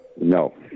No